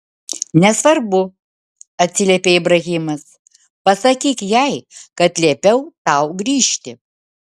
nesvarbu atsiliepė ibrahimas pasakyk jai kad liepiau tau grįžti